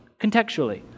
contextually